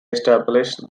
established